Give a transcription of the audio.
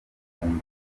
guhunga